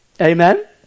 Amen